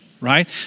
right